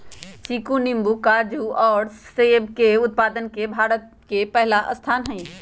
चीकू नींबू काजू और सब के उत्पादन में भारत के पहला स्थान हई